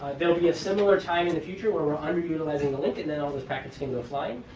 there'll be a similar time in the future where we are under-utilizing the link and and all those packets can go flying.